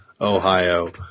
Ohio